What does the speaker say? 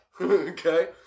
okay